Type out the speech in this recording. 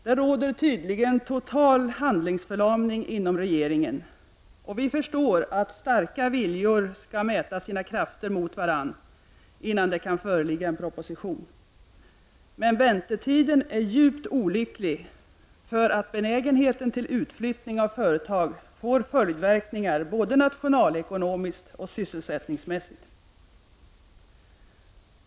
Det råder tydligen total handlingsförlamning inom regeringen, och vi förstår att starka viljor skall mäta sina krafter mot varandra innan det kan föreligga en proposition. Men väntetiden är djupt olycklig, för när företag flyttar ut får det följdverkningar både nationalekonomiskt och sysselsättningsmässigt.